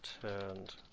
turned